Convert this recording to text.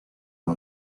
uma